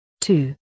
two